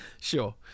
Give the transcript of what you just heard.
Sure